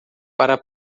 para